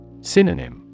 Synonym